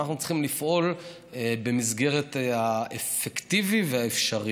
אנחנו צריכים לפעול במסגרת האפקטיבי והאפשרי.